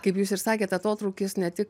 kaip jūs ir sakėt atotrūkis ne tik